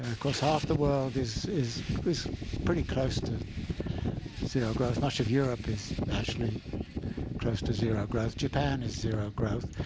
ah course, half the world is is pretty close to zero growth. much of europe is actually close to zero growth. japan is zero growth.